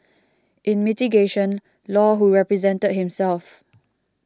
in mitigation Law who represented himself